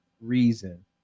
reason